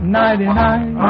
nighty-night